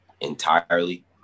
entirely